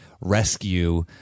rescue